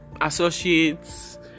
associates